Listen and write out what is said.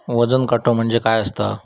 वजन काटो म्हणजे काय असता?